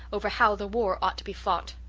over how the war ought to be fought,